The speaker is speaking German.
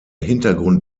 hintergrund